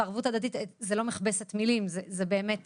כשאנחנו מדברים על אחדות וערבות הדדית זה לא מכבסת מילים אלא אמיתי.